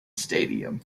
stadium